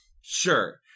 Sure